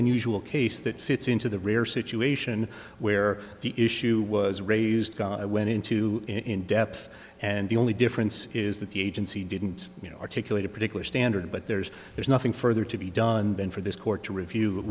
unusual case that fits into the rare situation where the issue was raised i went into in depth and the only difference is that the agency didn't you know articulate a particular standard but there's there's nothing further to be done then for this court to review it